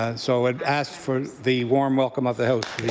ah so would ask for the warm welcome of the house.